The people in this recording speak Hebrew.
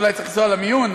אולי צריך לנסוע למיון.